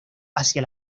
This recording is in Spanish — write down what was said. hacia